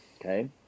Okay